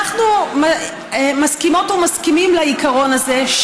אנחנו מסכימות ומסכימים לעיקרון הזה,